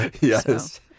Yes